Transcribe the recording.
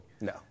No